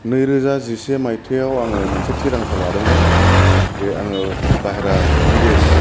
नै रोजा जिसे माइथायाव आङो मोनसे थिरांथा लादोंमोन जे आङो बाइह्रा बिदेश